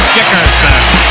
Dickerson